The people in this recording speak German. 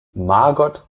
margot